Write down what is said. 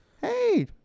hey